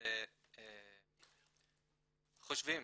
למעשה חושבים